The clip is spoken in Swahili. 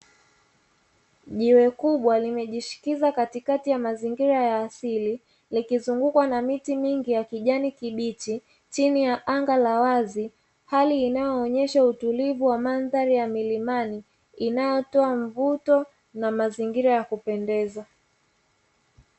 Jiwe kubwa limejishikiza katikati ya mazingira ya asili likizungukwa na miti mingi ya kijani kibichi, chini ya anga la wazi hali inayoonyesha utulivu wa mandhari ya milimani inayotoa mvuto na mazingira ya kupendeza.